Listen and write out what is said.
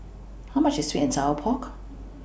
How much IS Sweet and Sour Pork